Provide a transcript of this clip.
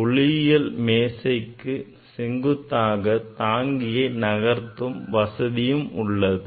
ஒளியியல் மேசைக்கு செங்குத்தாக தாங்கியை நகர்த்தும் வசதியும் உள்ளது